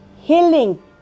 healing